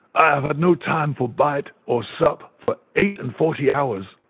i have had no time for bite or sup for eight-and-forty hours.